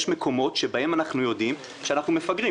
יש מקומות שבהם אנחנו יודעים שאנחנו מפגרים.